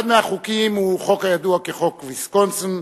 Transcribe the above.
אחד מהחוקים הוא חוק הידוע כחוק ויסקונסין,